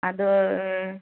ᱟᱫᱚ